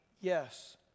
Yes